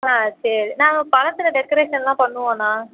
ஆ சரி நாங்கள் பழத்தில் டெக்கரேஷன்லாம் பண்ணுவோண்ணா